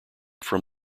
from